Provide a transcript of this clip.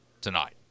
tonight